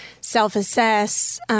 self-assess